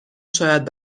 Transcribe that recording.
شاید